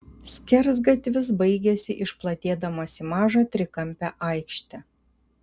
skersgatvis baigėsi išplatėdamas į mažą trikampę aikštę